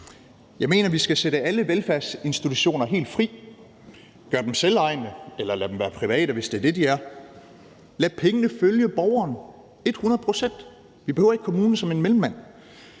Jeg mener, vi skal sætte alle velfærdsinstitutioner helt fri, gøre dem selvejende eller lade dem være private, hvis det er det, de er. Lad pengene følge borgeren et hundrede procent. Vi behøver ikke kommunen som en mellemmand.